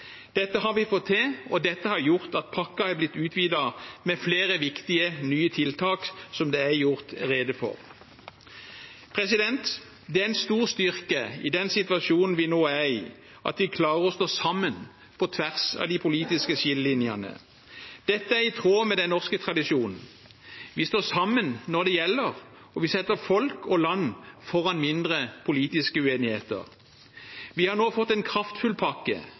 Dette har vi fått til, og dette har gjort at pakken er blitt utvidet med flere viktige nye tiltak, som det er gjort rede for. Det er en stor styrke i den situasjonen vi nå er i, at vi klarer å stå sammen på tvers av de politiske skillelinjene. Dette er i tråd med den norske tradisjonen. Vi står sammen når det gjelder, og vi setter folk og land foran mindre, politiske uenigheter. Vi har nå fått en kraftfull pakke